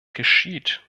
geschieht